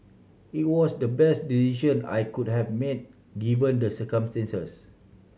it was the best decision I could have made given the circumstances